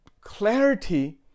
clarity